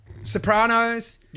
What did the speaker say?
Sopranos